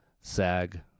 SAG